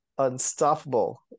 unstoppable